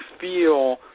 feel